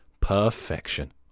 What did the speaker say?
perfection